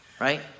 right